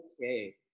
Okay